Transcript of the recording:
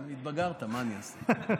התבגרת, מה אני אעשה?